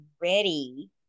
ready